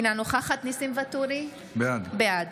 אינה נוכחת ניסים ואטורי, בעד